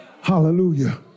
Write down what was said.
Hallelujah